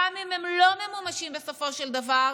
גם אם הם לא ממומשים בסופו של דבר,